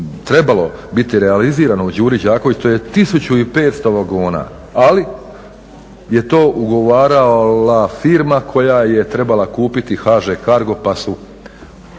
trebalo biti realizirano u Đuri Đakoviću to je 1500 vagona, ali je to ugovarala firma koja je trebala kupiti HŽ Cargo pa su